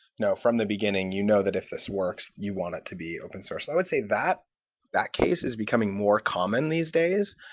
from the beginning, you know that if this works, you want it to be open-sourced i would say that that case is becoming more common these days,